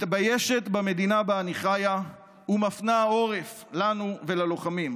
מתביישת במדינה שבה אני חיה ומפנה עורף לנו וללוחמים,